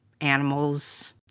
animals